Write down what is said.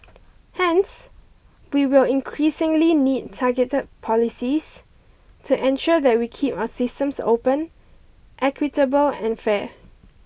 hence we will increasingly need targeted policies to ensure that we keep our systems open equitable and fair